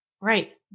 Right